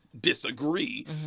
disagree